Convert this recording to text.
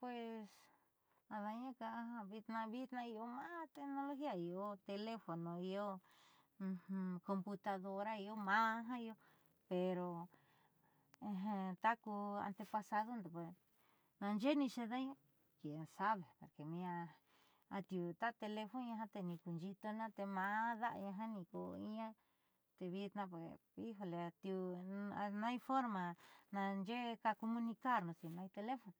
Pues ada'aña ka'a ja vitnaa vitnaa io maa tegnologia io telefono io computadora io maa ja iio pero taku antepadando naaxeé niixe'edeña quien sabe atiuu ta telefoña ja teni kuuxiitaña te maa da'an janikoo iinña te vitnaa pues ijoles pues no orma naaxee kaacomunicarndo si no elefono